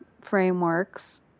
frameworks